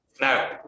Now